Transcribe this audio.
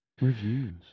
Reviews